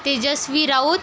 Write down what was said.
Tejashwi Raut